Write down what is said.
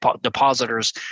depositors